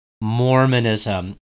Mormonism